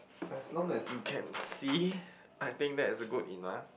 as long as you can see I think that's good enough